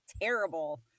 terrible